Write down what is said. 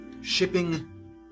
shipping